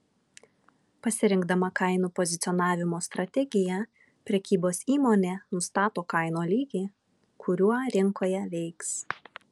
pasirinkdama kainų pozicionavimo strategiją prekybos įmonė nustato kainų lygį kuriuo rinkoje veiks